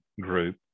group